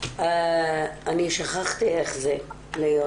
אני שכחתי איך זה להיות